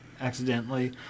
accidentally